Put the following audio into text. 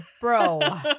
Bro